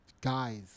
guys